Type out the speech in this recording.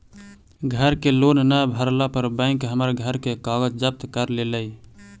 घर के लोन न भरला पर बैंक हमर घर के कागज जब्त कर लेलई